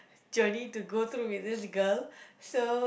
journey to go through with this girl so